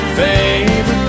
favorite